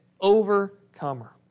overcomer